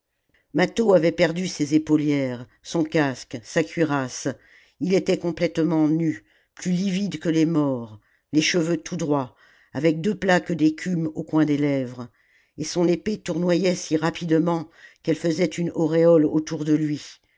mâtho avait perdu ses épaulières son casque sa cuirasse il était complètement nu plus livide que les morts les cheveux tout droits avec deux plaques d'écume au coin des lèvres et son épée tournoyait si rapidement qu'elle faisait une auréole autour de lui